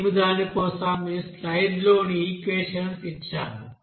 మేము దాని కోసం ఈ స్లయిడ్లోని ఈక్వెషన్స్ ఇచ్చాము